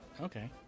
Okay